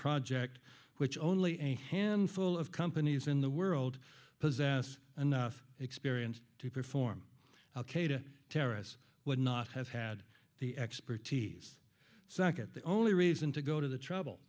project which only a handful of companies in the world possess and experience to perform al qaeda terrorists would not have had the expertise sakit the only reason to go to the trouble